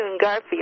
Garfield